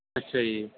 ਅੱਛਾ ਜੀ